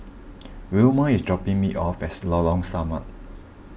Wilma is dropping me off at Lorong Samak